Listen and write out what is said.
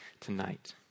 tonight